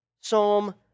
Psalm